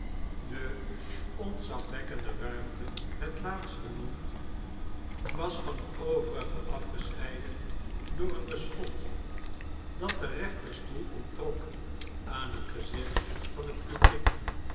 de ontzagwekkende ruimte het laatst genoemd was van het overige afgescheiden door een beschot dat den rechterstoel onttrok aan het gezicht van het publiek